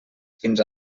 fins